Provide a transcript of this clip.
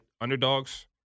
underdogs